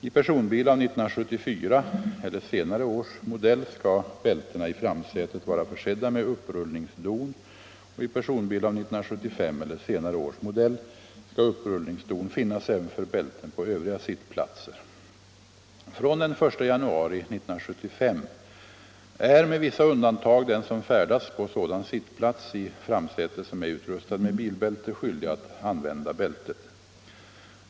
I personbil av 1974 eller senare års modell skall bältena i framsätet vara försedda med upprullningsdon och i personbil av 1975 eller senare års modell skall upprullningsdon finnas även för bälten på övriga sittplatser. fr.o.m. den 1 januari 1975 är — med vissa undantag —- den som färdas på sådan sittplats i framsäte som är utrustad med bilbälte skyldig att använda bältet.